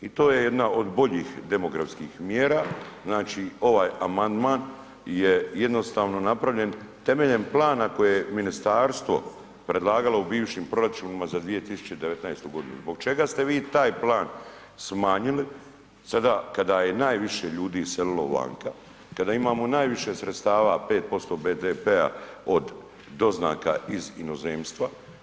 I to je jedna od boljih demografskih mjera, znači ovaj amandman jer jednostavno napravljen temeljem plana koje je ministarstvo predlagalo u bivšim proračunima za 2019. g., zbog čega ste vi taj plan smanjili sada kada je najviše ljudi iselilo vanka, kada imamo najviše sredstava, 5% BDP-a od doznala iz inozemstva?